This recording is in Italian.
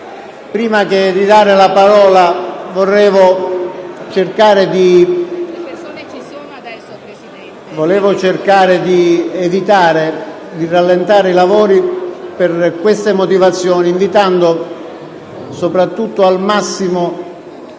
senatore Santangelo).* Vorrei cercare di evitare di rallentare i lavori per queste motivazioni, invitando soprattutto al massimo